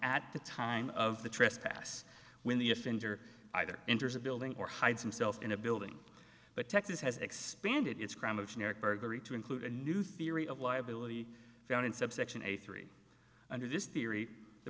at the time of the trespass when the offender either enters a building or hides himself in a building but texas has expanded its crime of generic burglary to include a new theory of liability found in subsection a three under this theory the